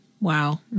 Wow